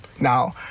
Now